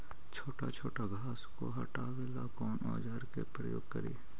छोटा छोटा घास को हटाबे ला कौन औजार के प्रयोग करि?